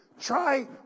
Try